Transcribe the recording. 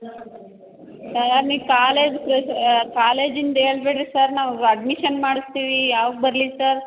sir ನೀವು college ಕಾಲೇಜಿಂದು ಹೇಳಬೇಡ್ರಿ ಸರ್ ನಾವು ಅಡ್ಮಿಷನ್ ಮಾಡಿಸ್ತೀವಿ ಯಾವಾಗ ಬರಲಿ ಸರ್